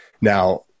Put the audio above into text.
Now